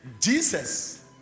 Jesus